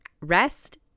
Rest